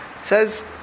Says